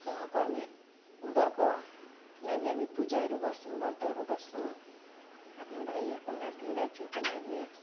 उहाँको हामी उनीहरूको लागि हामी पूजाहरू गर्छौँ व्रतहरू बस्छौँ आफ्नो भाइहरूको लागि दाजुहरूको लागि